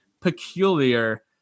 peculiar